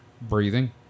breathing